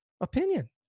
opinion